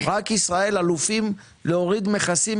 רק בישראל אלופים להוריד מכסים,